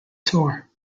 tour